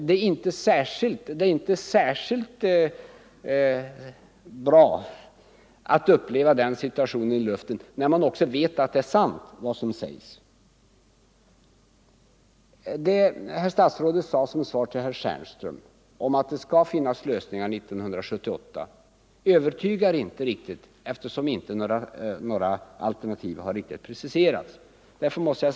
Det är inte särskilt angenämt att uppleva den situationen uppe i luften, när man dessutom vet att det som sägs är sant. Herr statsrådet sade som svar till herr Stjernström att det skall finnas förslag till lösningar 1978. Det övertygar inte riktigt, eftersom några alternativ inte har preciserats.